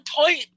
point